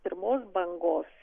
pirmos bangos